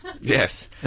Yes